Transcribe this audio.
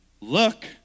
look